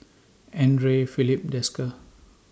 Andre Filipe Desker